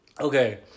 Okay